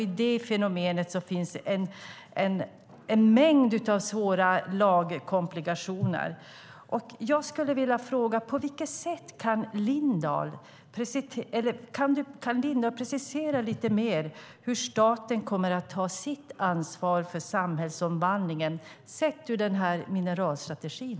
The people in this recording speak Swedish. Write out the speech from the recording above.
I det fenomenet finns en mängd av svåra lagkomplikationer. Jag skulle vilja fråga på vilket sätt Helena Lindahl lite mer kan precisera hur staten kommer att ta sitt ansvar för samhällsomvandlingen sett utifrån mineralstrategin.